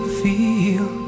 feel